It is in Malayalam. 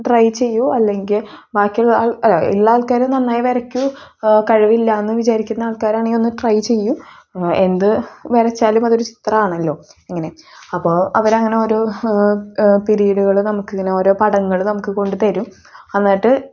ട്രൈ ചെയ്യൂ അല്ലെങ്കിൽ ബാക്കിയുള്ള ആൾ അല്ല ഉള്ള ആൾക്കാർ നന്നായി വരക്കൂ കഴിവില്ലാന്ന് വിചാരിക്കുന്ന ആൾക്കാരാണെങ്കിൽ ഒന്ന് ട്രൈ ചെയ്യൂ എന്ത് വരച്ചാലും അതൊരു ചിത്രമാണല്ലോ ഇങ്ങനെ അപ്പോൾ അവരങ്ങനെ ഓരോ പിരീഡുകൾ നമുക്ക് ഇങ്ങനെ ഓരോ പടങ്ങൾ നമുക്ക് കൊണ്ട് തരും എന്നിട്ട്